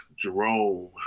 Jerome